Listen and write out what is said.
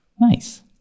nice